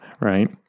right